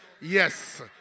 Yes